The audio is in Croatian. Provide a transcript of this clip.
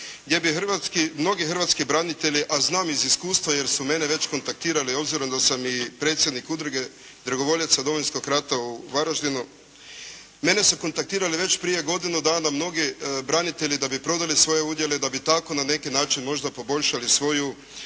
gdje bi mnogi hrvatski branitelji, a znam iz iskustva jer su mene već kontaktirali obzirom da sam i predsjednik Udruge dragovoljaca Domovinskog rata u Varaždinu. Mene su kontaktirali već prije godinu dana mnogi branitelji da bi prodali svoje udjele, da bi tako na neki način možda poboljšali svoju